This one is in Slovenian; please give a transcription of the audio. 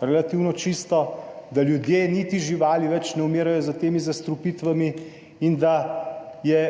relativno čisto, da ljudje niti živali ne umirajo več za temi zastrupitvami in da je